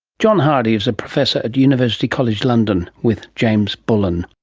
john hardy is a professor at university college london, with james bullen